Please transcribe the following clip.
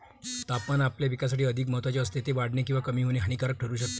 तापमान आपल्या पिकासाठी अधिक महत्त्वाचे असते, ते वाढणे किंवा कमी होणे हानिकारक ठरू शकते